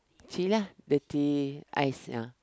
tea lah the tea I sell